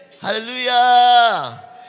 Hallelujah